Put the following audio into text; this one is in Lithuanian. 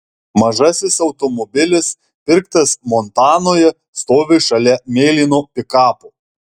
mažasis automobilis pirktas montanoje stovi šalia mėlyno pikapo